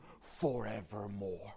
forevermore